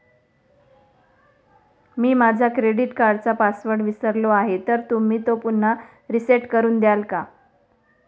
मी माझा क्रेडिट कार्डचा पासवर्ड विसरलो आहे तर तुम्ही तो पुन्हा रीसेट करून द्याल का?